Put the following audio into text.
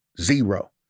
Zero